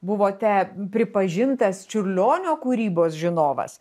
buvote pripažintas čiurlionio kūrybos žinovas